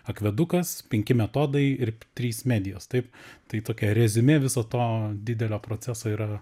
akvedukas penki metodai ir trys medijos taip tai tokia reziumė viso to didelio proceso yra